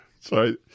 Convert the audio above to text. Sorry